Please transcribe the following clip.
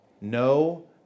no